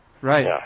Right